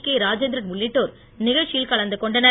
K Rajendran உள்ளிட்டோர் நிகழ்ச்சியில் கலந்து கொண்டனர்